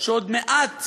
שעוד מעט